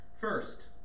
First